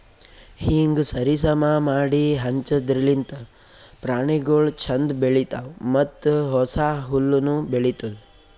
ಹೀಂಗ್ ಸರಿ ಸಮಾ ಮಾಡಿ ಹಂಚದಿರ್ಲಿಂತ್ ಪ್ರಾಣಿಗೊಳ್ ಛಂದ್ ಬೆಳಿತಾವ್ ಮತ್ತ ಹೊಸ ಹುಲ್ಲುನು ಬೆಳಿತ್ತುದ್